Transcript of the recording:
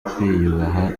kwiyubaha